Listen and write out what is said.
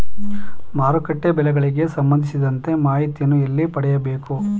ಮಾರುಕಟ್ಟೆ ಬೆಲೆಗಳಿಗೆ ಸಂಬಂಧಿಸಿದಂತೆ ಮಾಹಿತಿಯನ್ನು ಎಲ್ಲಿ ಪಡೆಯಬೇಕು?